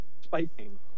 spiking